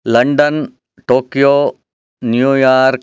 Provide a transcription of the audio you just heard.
London Tokyo New York